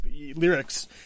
lyrics